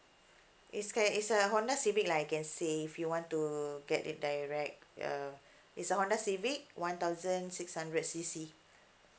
it's ki~ it's a Honda civic lah I can say if you want to get it direct uh it's a Honda civic one thousand six hundred C_C